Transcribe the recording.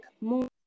more